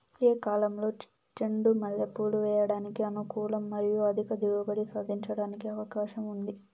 ఏ కాలంలో చెండు మల్లె పూలు వేయడానికి అనుకూలం మరియు అధిక దిగుబడి సాధించడానికి అవకాశం ఉంది?